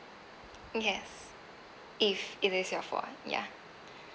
yes if it is your fault ya